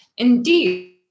Indeed